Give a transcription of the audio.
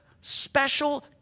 special